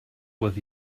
with